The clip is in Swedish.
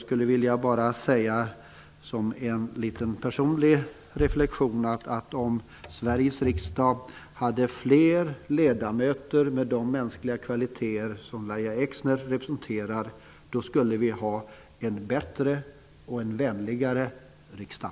Som en liten personlig reflexion vill jag säga att om Sveriges riksdag hade fler ledamöter med de mänskliga kvaliteter som Lahja Exner representerar, skulle vi ha en bättre och vänligare riksdag.